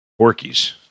Porkies